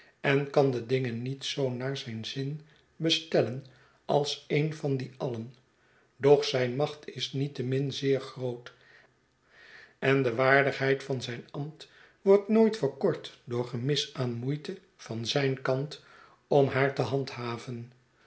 en kan de dingen niet zoo naar zijn zin bestellen als een van die alien doch zljvi macht is niettemin zeer groot en de waardigheid van zijn ambt wordt nooit verkort door gemis aan moeite van zijn kant om haar te handhaven